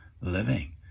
living